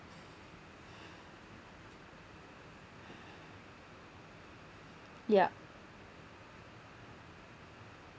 yup